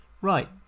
right